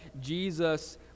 Jesus